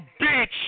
bitch